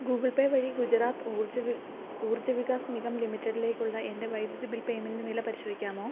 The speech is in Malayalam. ഗൂഗിൾ പേ വഴി ഗുജറാത്ത് ഊർജ് വി ഊർജ വികാസ് നിഗം ലിമിറ്റഡിലേക്കുള്ള എൻറ്റെ വൈദ്യുതി ബിൽ പേമെൻറ്റ് നില പരിശോധിക്കാമോ